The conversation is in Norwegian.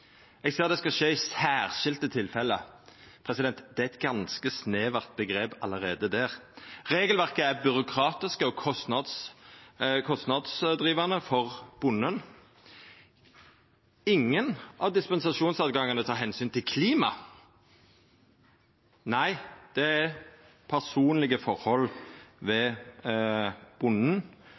Eg ser det skal skje i særskilte tilfelle. Det er eit ganske snevert omgrep allereie der. Regelverket er byråkratisk og kostnadsdrivande for bonden. Ingen av dispensasjonshøva tek omsyn til klima. Nei, det er personlege forhold ved bonden